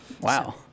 Wow